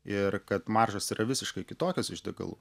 ir kad maržos yra visiškai kitokios iš degalų